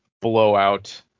blowout